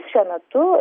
šiuo metu